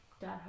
dad